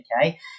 okay